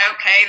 okay